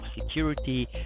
security